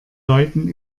läuten